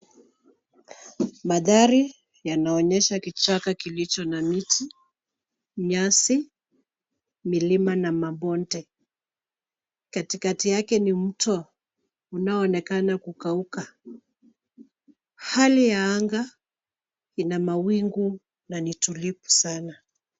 Mandhari yanaoneyesha kichaka kilicho na miti, nyasi, milima na mabonde. Katikati yake ni mto unaoonekana kukauka. Hali ya anga ina mawingu na ni tulivu sana.